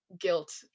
guilt